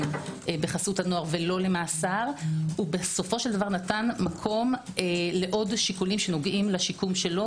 בחסות הנוער ולא למאסר הוא מתן מקום לעוד שיקולים שנוגעים לשיקומו.